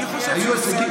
מי חושב שהוא הפסיד?